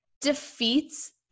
defeats